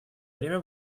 время